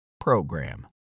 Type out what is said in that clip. PROGRAM